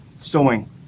sowing